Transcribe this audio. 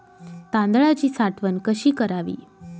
तांदळाची साठवण कशी करावी?